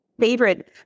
favorite